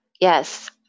Yes